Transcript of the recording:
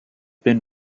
been